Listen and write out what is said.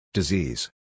Disease